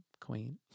Queen